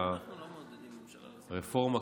והרפורמה,